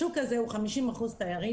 השוק הזה הוא 50% תיירים,